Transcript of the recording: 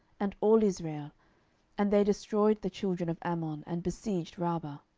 and all israel and they destroyed the children of ammon, and besieged rabbah.